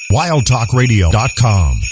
wildtalkradio.com